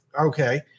Okay